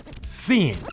sin